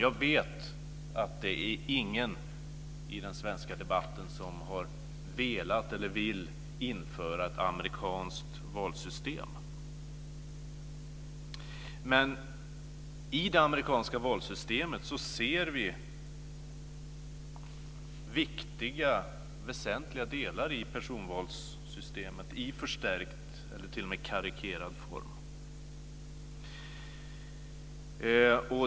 Jag vet att det inte är någon i den svenska debatten som har velat eller vill införa ett amerikanskt valsystem, men i det amerikanska valsystemet ser vi viktiga och väsentliga delar i personvalssystemet i förstärkt och t.o.m. karikerad form.